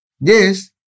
Yes